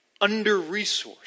under-resourced